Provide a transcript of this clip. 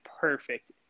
perfect